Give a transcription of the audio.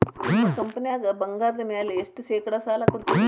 ನಿಮ್ಮ ಕಂಪನ್ಯಾಗ ಬಂಗಾರದ ಮ್ಯಾಲೆ ಎಷ್ಟ ಶೇಕಡಾ ಸಾಲ ಕೊಡ್ತಿರಿ?